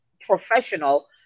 professional